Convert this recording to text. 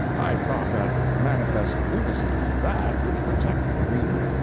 i thought that manifest lunacy like that would protect the reader.